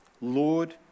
Lord